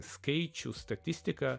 skaičių statistiką